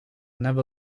never